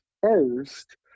first